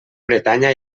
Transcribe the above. bretanya